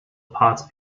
parts